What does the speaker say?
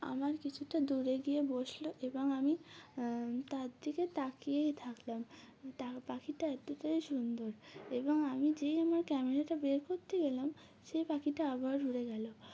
আমার কিছুটা দূরে গিয়ে বসলো এবং আমি তার দিকে তাকিয়েই থাকলাম পাখিটা এতটাই সুন্দর এবং আমি যেই আমার ক্যামেরাটা বের করতে গেলাম সেই পাখিটা আবার উরে গেল